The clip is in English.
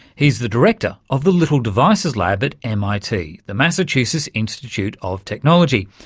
he's the director of the little devices lab at mit, the massachusetts institute of technology,